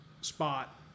spot